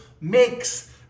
makes